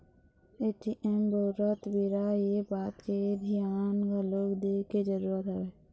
ATM बउरत बेरा ये बात के धियान घलोक दे के जरुरत हवय